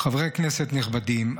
חברי כנסת נכבדים,